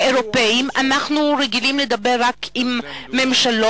כאירופים, אנחנו רגילים לדבר רק עם ממשלות,